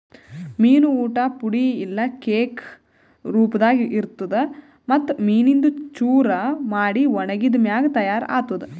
ಮೀನು ಊಟ್ ಪುಡಿ ಇಲ್ಲಾ ಕೇಕ್ ರೂಪದಾಗ್ ಇರ್ತುದ್ ಮತ್ತ್ ಮೀನಿಂದು ಚೂರ ಮಾಡಿ ಒಣಗಿಸಿದ್ ಮ್ಯಾಗ ತೈಯಾರ್ ಆತ್ತುದ್